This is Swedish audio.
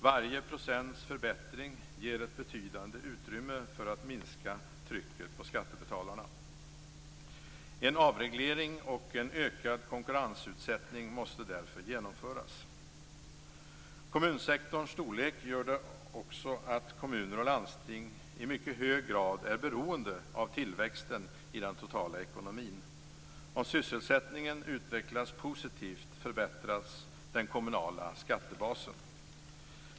Varje procents förbättring ger ett betydande utrymme för att minska trycket på skattebetalarna. En avreglering och en ökad konkurrensutsättning måste därför genomföras. Kommunsektorns storlek gör också att kommuner och landsting i mycket hög grad är beroende av tillväxten i den totala ekonomin. Om sysselsättningen utvecklas positivt förbättras den kommunala skattebasen.